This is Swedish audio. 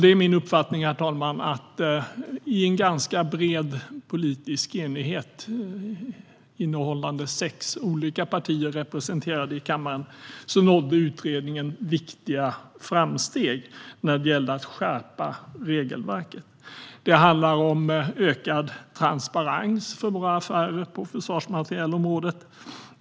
Det är min uppfattning att utredningen i en ganska bred politisk enighet, innehållande sex olika partier som finns representerade i kammaren, nådde viktiga framsteg när det gällde att skärpa regelverket. Det handlar om ökad transparens för våra affärer på försvarsmaterielområdet.